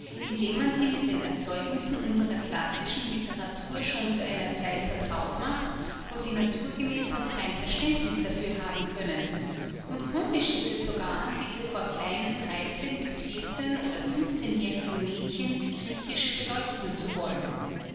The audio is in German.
indem man sie mit den erzeugnissen unserer klassischen literatur schon zu einer zeit vertraut macht wo sie naturgemäß noch kein verständniß dafür haben können und komisch ist es sogar diese vor kleinen oder jährigen mädchen kritisch beleuchten zu wollen